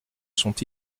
sont